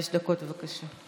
חמש דקות, בבקשה.